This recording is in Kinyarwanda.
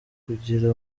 kugira